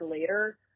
later